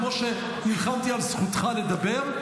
כמו שנלחמתי על זכותך לדבר,